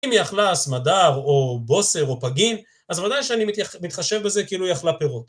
אם היא אכלה סמדר, או בוסר, או פגין, אז ודאי שאני מתחשב בזה כאילו היא אכלה פירות.